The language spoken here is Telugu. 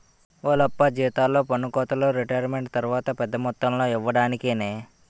ఓలప్పా జీతాల్లో పన్నుకోతలు రిటైరుమెంటు తర్వాత పెద్ద మొత్తంలో ఇయ్యడానికేనే